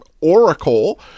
Oracle